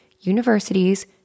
universities